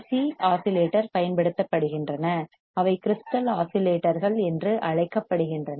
C LC oscillator பயன்படுத்தப்படுகிறது அவை crystal ஆஸிலேட்டர்கள் என்று அழைக்கப்படுகின்றன